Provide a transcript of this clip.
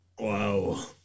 Wow